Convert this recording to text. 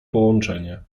połączenie